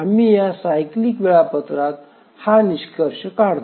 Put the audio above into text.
आम्ही या सायक्लीक वेळापत्रकात हा निष्कर्ष काढतो